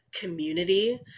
community